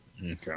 Okay